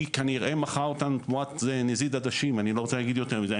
היא כנראה מכרה אותנו תמורת נזיד עדשים ואני לא רוצה להגיד יותר מזה.